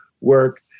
work